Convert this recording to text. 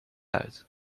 uit